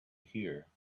here